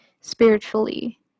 spiritually